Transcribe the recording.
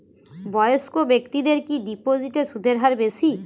বয়স্ক ব্যেক্তিদের কি ডিপোজিটে সুদের হার বেশি?